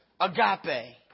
Agape